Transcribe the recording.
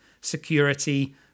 security